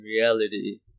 reality